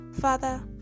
Father